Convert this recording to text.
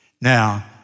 Now